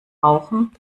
rauchen